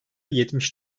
yetmiş